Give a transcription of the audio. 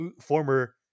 former